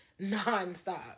nonstop